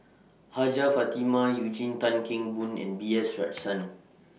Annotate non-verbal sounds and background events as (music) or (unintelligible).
Hajjah Fatimah Eugene Tan Kheng Boon and B S (unintelligible)